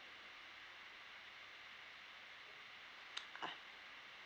ah